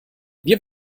wir